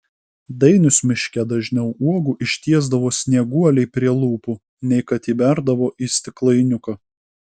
dainius miške dažniau uogų ištiesdavo snieguolei prie lūpų nei kad įberdavo į stiklainiuką